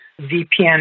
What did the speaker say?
VPN